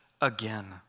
again